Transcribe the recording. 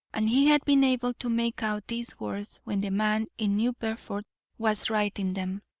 and he had been able to make out these words when the man in new bedford was writing them.